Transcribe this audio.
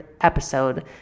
episode